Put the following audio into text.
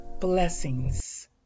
blessings